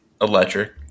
electric